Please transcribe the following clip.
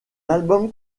album